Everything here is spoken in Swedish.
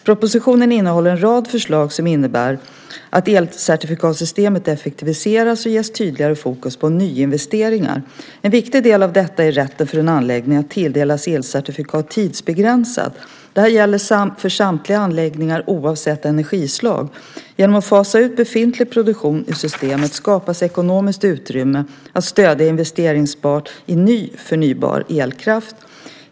Propositionen innehåller en rad förslag som innebär att elcertifikatsystemet effektiviseras och ges tydligare fokus på nyinvesteringar. En viktig del av detta är att rätten för en anläggning att tilldelas elcertifikat tidsbegränsas. Detta gäller för samtliga anläggningar oavsett energislag. Genom att fasa ut befintlig produktion ur systemet skapas ekonomiskt utrymme att stödja investeringar i ny förnybar elkraft.